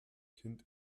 kind